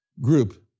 group